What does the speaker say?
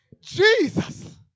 Jesus